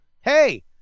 hey